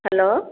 hello